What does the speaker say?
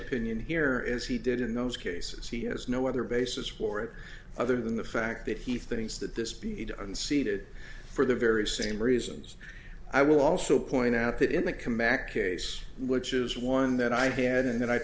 opinion here is he did in those cases he has no other basis for it other than the fact that he thinks that this be unseated for the very same reasons i will also point out that in the combat case which is one that i had and